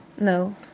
No